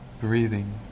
breathing